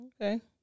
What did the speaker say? Okay